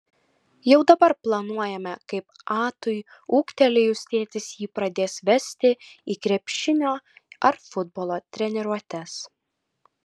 jau dabar planuojame kaip atui ūgtelėjus tėtis jį pradės vesti į krepšinio ar futbolo treniruotes